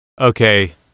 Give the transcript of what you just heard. Okay